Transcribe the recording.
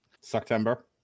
September